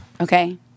Okay